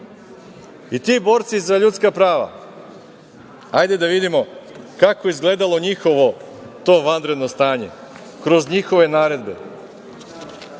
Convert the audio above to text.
borci za ljudska prava, hajde da vidimo kako je izgledalo njihovo to vanredno stanje kroz njihove naredbe?